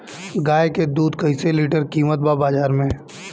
गाय के दूध कइसे लीटर कीमत बा बाज़ार मे?